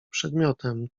przedmiotem